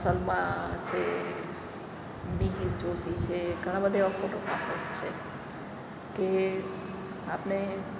સલમા છે મિહિર જોશી છે ઘણા બધા એવા ફોટોગ્રાફર્સ છે કે આપણે